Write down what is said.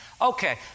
Okay